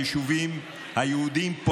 היישובים היהודיים,